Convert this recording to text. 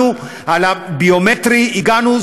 בביומטרי הגענו,